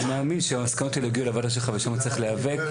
אני מאמין שהמסקנות האלה יגיעו לוועדה שלך ושם צריך להיאבק,